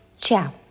Ciao